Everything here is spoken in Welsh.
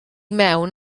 mewn